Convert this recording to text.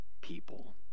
people